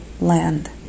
land